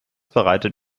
bereitet